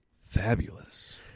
Fabulous